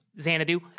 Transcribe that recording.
Xanadu